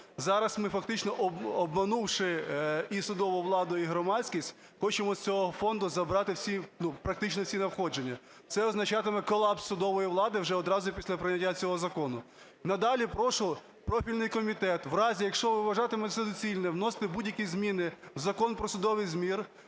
Зараз ми, фактично, обманувши і судову владу, і громадськість, хочемо з цього фонду забрати практично всі надходження. Це означатиме колапс судової влади, вже одразу після прийняття цього закону. Надалі прошу профільний комітет в разі, якщо ви вважатимете за доцільне вносити будь-які зміни в Закон про судовий збір,